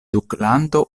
duklando